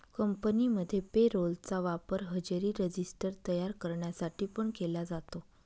कंपनीमध्ये payroll चा वापर हजेरी रजिस्टर तयार करण्यासाठी पण केला जातो